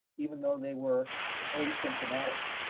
even though they were asymptomatic.